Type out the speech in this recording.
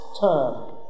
term